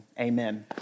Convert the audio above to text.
amen